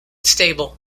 stable